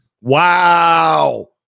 Wow